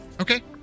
Okay